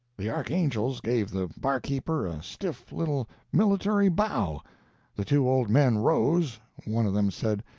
the archangels gave the barkeeper a stiff little military bow the two old men rose one of them said,